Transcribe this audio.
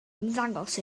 ymddangos